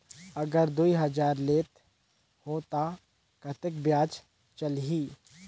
अगर दुई हजार लेत हो ता कतेक ब्याज चलही?